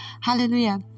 hallelujah